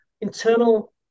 internal